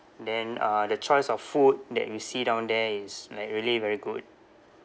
then uh the choice of food that we see down there is like really very good